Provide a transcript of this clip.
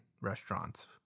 restaurants